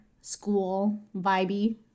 school-vibey